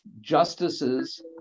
justices